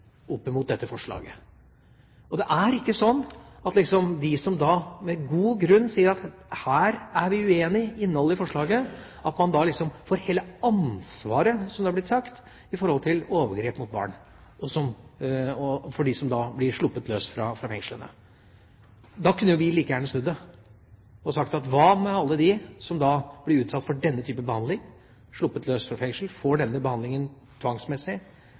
dette forslaget. Det er ikke sånn, som det har blitt sagt, at man liksom får hele ansvaret for dem som blir sluppet ut fra fengselet etter overgrep mot barn, om man med god grunn sier at her er vi uenige i innholdet i forslaget. Da kunne vi like gjerne snudd det hele og sagt at hva med alle dem som blir utsatt for denne type behandling – de slippes ut fra fengsel, får denne behandlingen tvangsmessig,